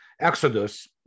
exodus